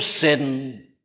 sin